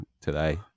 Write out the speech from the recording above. today